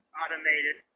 automated